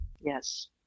Yes